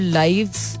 lives